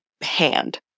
hand